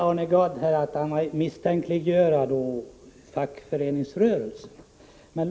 Arne Gadd sade att vi vill misstänkliggöra fackföreningsrörelsen.